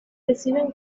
reciben